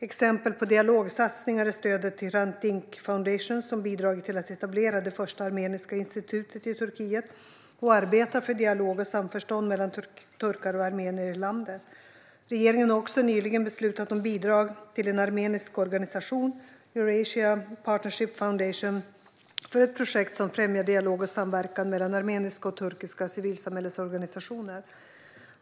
Exempel på dialogsatsningar är stödet till Hrant Dink Foundation som bidragit till att etablera det första armeniska institutet i Turkiet och arbetar för dialog och samförstånd mellan turkar och armenier i landet. Regeringen har också nyligen beslutat om bidrag till en armenisk organisation, Eurasia Partnership Foundation, för ett projekt som främjar dialog och samverkan mellan armeniska och turkiska civilsamhällesorganisationer.